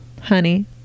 Honey